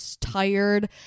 tired